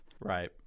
Right